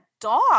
dog